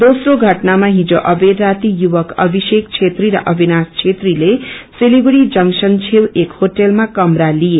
योस्रो घटनामा हिजो अबेर राती युवम अभिषेक छेत्री र अविनाश छेत्रीले सिलिगुझी जक्तन् छेउ एक होटेलमा कमरा लिए